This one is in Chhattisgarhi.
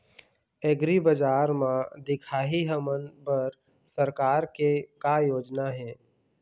एग्रीबजार म दिखाही हमन बर सरकार के का योजना हे?